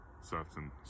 certain